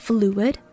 Fluid